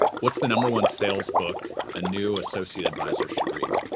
what's the number one sales book a new associate advisor should read?